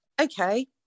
Okay